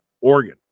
Oregon